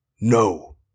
No